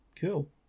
cool